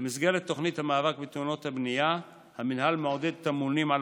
במסגרת תוכנית המאבק בתאונות הבנייה המינהל מעודד את הממונים על